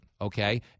okay